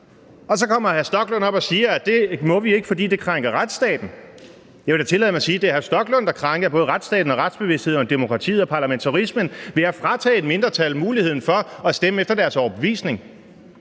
Så kommer hr. Stoklund op og siger, at det må vi ikke, fordi det krænker retsstaten. Jeg vil da tillade mig at sige, at det er hr. Stoklund, der krænker både retsstaten og retsbevidstheden og demokratiet og parlamentarismen ved at fratage et mindretal muligheden for at stemme efter deres overbevisning.